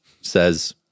says